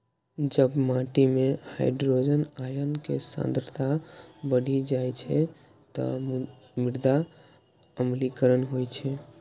जब माटि मे हाइड्रोजन आयन के सांद्रता बढ़ि जाइ छै, ते मृदा अम्लीकरण होइ छै